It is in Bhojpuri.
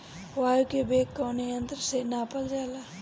वायु क वेग कवने यंत्र से नापल जाला?